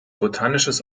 botanisches